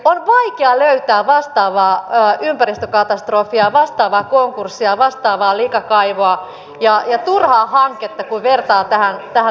on vaikea löytää vastaavaa ympäristökatastrofia vastaavaa konkurssia vastaavaa likakaivoa ja turhaa hanketta kun vertaa tähän talvivaaraan